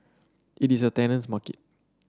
it is a tenant's market